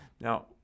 Now